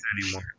anymore